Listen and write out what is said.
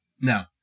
No